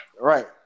Right